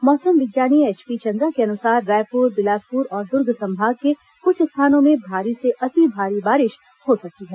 मौसम विज्ञानी एचपी चंद्रा के अनुसार रायपुर बिलासपुर और दुर्ग संभाग के कुछ स्थानों में भारी से अति भारी बारिश हो सकती है